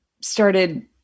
started